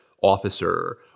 officer